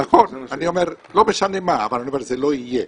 נכון, לא משנה מה, אבל אני אומר שזה לא יהיה.